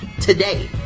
today